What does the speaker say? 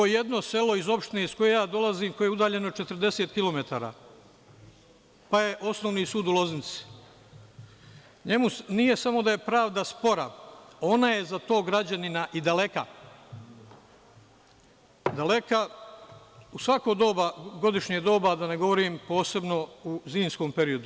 Jedno selo iz opštine iz koje ja dolazim, koje je udaljeno 40 kilometara, pa je osnovni sud u Loznici, u njemu nije samo da je pravda spora, ona je za tog građanina i daleka u svako godišnje doba, da ne govorim posebno u zimskom periodu.